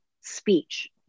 speech